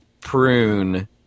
prune